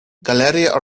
galeria